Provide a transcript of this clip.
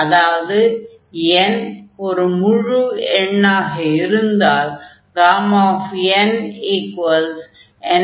அதாவது n ஒரு முழு எண்ணாக இருந்தால் nn 1